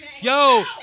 Yo